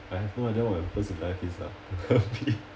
I have no idea what my purpose in life is lah